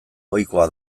ohikoa